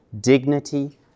dignity